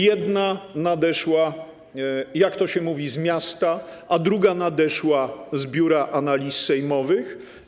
Jedna nadeszła, jak to się mówi, z miasta, a druga nadeszła z Biura Analiz Sejmowych.